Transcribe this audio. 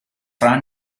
trovano